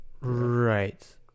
Right